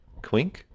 quink